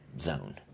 zone